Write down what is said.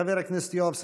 חבר הכנסת יואב סגלוביץ'.